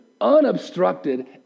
unobstructed